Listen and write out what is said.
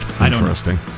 Interesting